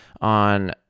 on